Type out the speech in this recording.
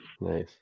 Nice